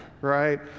right